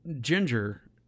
Ginger